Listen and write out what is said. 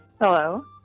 Hello